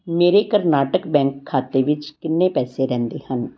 ਮੇਰੇ ਕਰਨਾਟਕ ਬੈਂਕ ਖਾਤੇ ਵਿੱਚ ਕਿੰਨੇ ਪੈਸੇ ਰਹਿੰਦੇ ਹਨ